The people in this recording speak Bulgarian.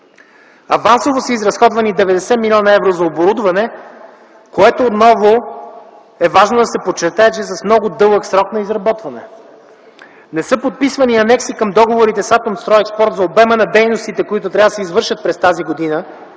Авансово са изразходвани 90 млн. евро за оборудване, което отново е важно да се подчертае, че е с много дълъг срок на изработване. Не са подписвани анекси към договорите с „Атомстройекспорт” за обема на дейностите, които трябва да се извършат през тази година,